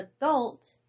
adult